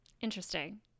Interesting